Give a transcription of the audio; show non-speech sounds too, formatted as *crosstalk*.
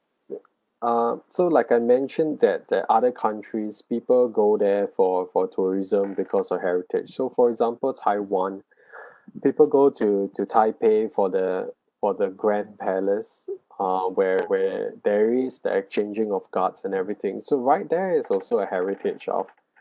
*noise* ah so like I mentioned that that other countries people go there for for tourism because of heritage so for example taiwan *breath* people go to to taipei for the for the grand palace ah where where there is the exchanging of guards and everything so right there is also a heritage of